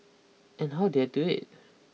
and how did I do it